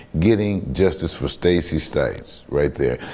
getting justice for stacy stites right there.